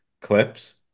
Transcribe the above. clips